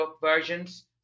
versions